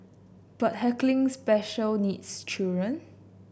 but heckling special needs children